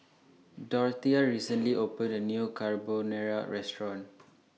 Dorthea recently opened A New Carbonara Restaurant